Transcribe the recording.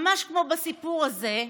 ממש כמו בסיפור הזה,